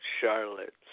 Charlotte